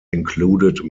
included